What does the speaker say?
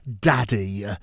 Daddy